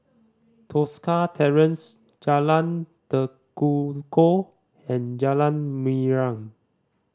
Tosca Terrace Jalan Tekukor and Jalan Mariam